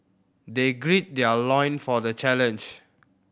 they gird their loin for the challenge